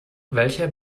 welcher